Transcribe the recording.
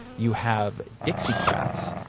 you have dixiecrats,